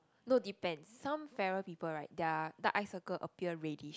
no depends some fairer people right their dark eye circle appear reddish